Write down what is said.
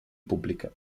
pubbliche